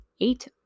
eight